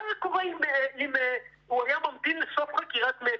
מה היה קורה אם הוא היה ממתין לסוף חקירת מצ"ח?